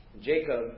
Jacob